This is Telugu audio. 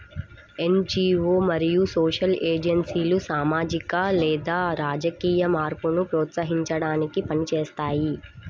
ఎన్.జీ.వో మరియు సోషల్ ఏజెన్సీలు సామాజిక లేదా రాజకీయ మార్పును ప్రోత్సహించడానికి పని చేస్తాయి